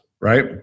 right